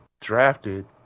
drafted